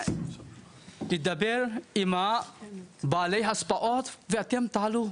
וידבר עם בעלי השפעות ואתם תעלו.